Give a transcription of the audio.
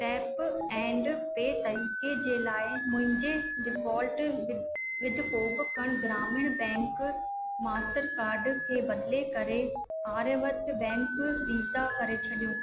tap and pay तरीक़े जे लाइ मुंहिंजे डिफॉल्ट विद विदकोभ कण ग्रामीण बैंक मास्टर कार्ड खे बदिले करे आर्यावत बैंक वीसा करे छॾियो